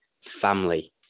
family